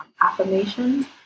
affirmations